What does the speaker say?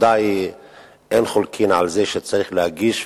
שבוודאי אין חולקין על זה שצריך להגיש,